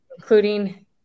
including